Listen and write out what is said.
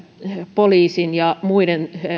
poliisin ja muiden